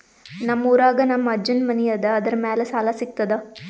ನಮ್ ಊರಾಗ ನಮ್ ಅಜ್ಜನ್ ಮನಿ ಅದ, ಅದರ ಮ್ಯಾಲ ಸಾಲಾ ಸಿಗ್ತದ?